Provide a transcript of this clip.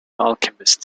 alchemist